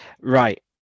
Right